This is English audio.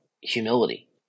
humility